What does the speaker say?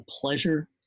pleasure